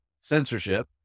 censorship